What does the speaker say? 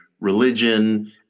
religion